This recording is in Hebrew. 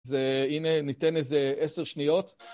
אז הנה ניתן איזה עשר שניות